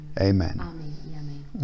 Amen